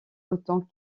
autant